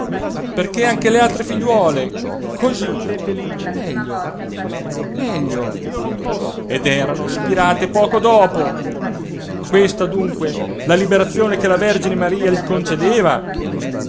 perché anche le altre figliuole così meglio meglio ed erano spirate poco dopo questa dunque la liberazione che la vergine gli concedeva